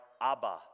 Abba